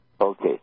Okay